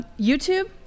YouTube